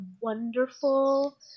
wonderful